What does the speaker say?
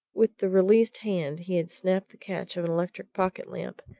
with the released hand he had snapped the catch of an electric pocket-lamp,